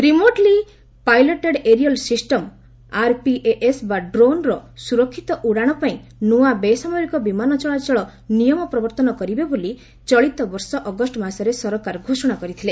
remotely piloted aerial system RPAS ବା ଡ୍ରୋନ୍ର ସୁରକ୍ଷିତ ଉଡ଼ାଣ ପାଇଁ ନୂଆ ବେସାମରିକ ବିମାନ ଚଳାଚଳ ନିୟମ ପ୍ରବର୍ତ୍ତନ କରାଯିବ ବୋଲି ଚଳିତବର୍ଷ ଅଗଷ୍ଟ ମାସରେ ସରକାର ଘୋଷଣା କରିଥିଲେ